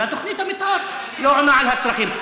ותוכנית המתאר לא עונה על הצרכים.